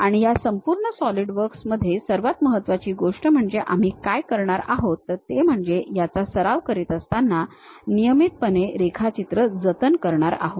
आणि या संपूर्ण सॉलिडवर्क्समध्ये सर्वात महत्वाची गोष्ट म्हणजे आम्ही काय करणार आहोत तर ते म्हणजे याचा सराव करत असताना नियमितपणे रेखाचित्र जतन करणार आहोत